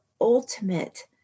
ultimate